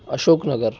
Ashok Nagar